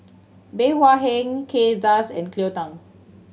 Bey Hua Heng Kay Das and Cleo Thang